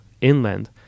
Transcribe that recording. inland